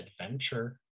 adventure